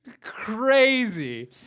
crazy